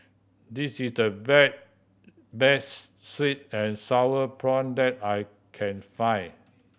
this is the best sweet and sour prawn that I can find